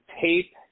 tape